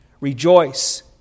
rejoice